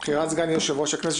בחירת סגן יושב-ראש הכנסת,